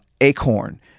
Acorn